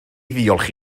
ddiolch